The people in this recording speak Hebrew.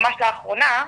ממש לאחרונה,